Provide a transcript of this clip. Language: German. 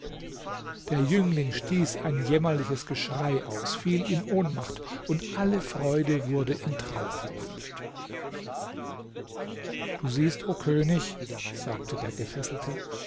der jüngling stieß ein jämmerliches geschrei aus fiel in ohnmacht und alle freude wurde in trauer verwandelt du siehst o könig sagte der gefesselte